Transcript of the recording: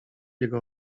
jego